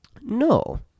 No